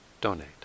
donate